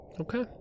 Okay